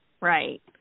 right